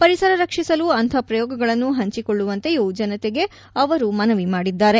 ಪರಿಸರ ರಕ್ಷಿಸಲು ಅಂಥ ಪ್ರಯೋಗಗಳನ್ನು ಹಂಚಿಕೊಳ್ಳುವಂತೆಯೂ ಜನತೆಗೆ ಅವರು ಮನವಿ ಮಾಡಿದ್ದಾರೆ